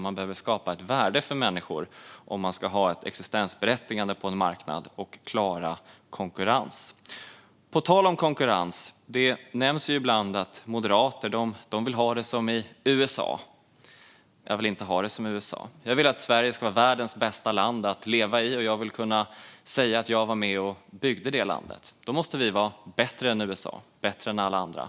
Man behöver skapa ett värde för människor om man ska ha ett existensberättigande på en marknad och klara konkurrens. På tal om konkurrens: Det nämns ibland att moderater vill ha det som i USA. Jag vill inte ha det som i USA. Jag vill att Sverige ska vara världens bästa land att leva i, och jag vill kunna säga att jag var med och byggde det landet. Då måste vi vara bättre än USA och bättre än alla andra.